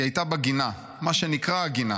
היא הייתה בגינה, מה שנקרא, הגינה,